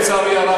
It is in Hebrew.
לצערי הרב,